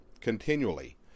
continually